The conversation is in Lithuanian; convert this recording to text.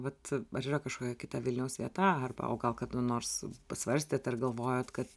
vat ar yra kažkokia kita vilniaus vieta arba o gal kada nors pasvarstėt ar galvojot kad